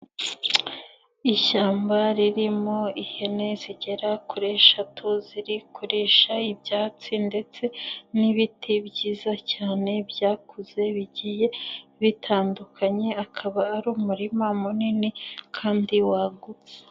Ishyamba ririmo ihene zigera kuri eshatu, ziri kurisha ibyatsi ndetse n'ibiti byiza cyane byakuze bigiye bitandukanye, akaba ari umurima munini kandi wagutse.